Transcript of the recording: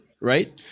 right